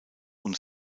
und